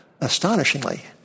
astonishingly